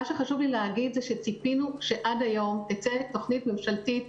מה שחשוב לי להגיד זה שציפינו שעד היום תצא תוכנית ממשלתית